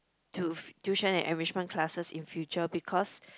to tuition and enrichment classes in future because